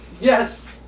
Yes